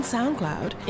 SoundCloud